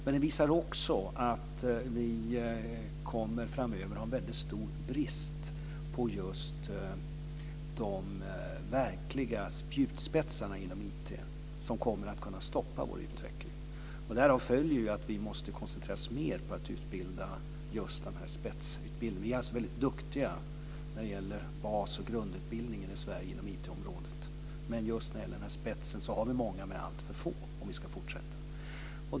Men den visar också att vi framöver kommer att ha en väldigt stor brist på just de verkliga spjutspetsarna inom IT som kommer att kunna stoppa vår utveckling. Därav följer att vi måste koncentrera oss mer på just spetsutbildning. Vi är alltså väldigt duktiga när det gäller bas och grundutbildningen i Sverige inom IT-området. Men just när det gäller spetsen har vi alltför få.